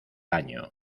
año